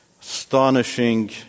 astonishing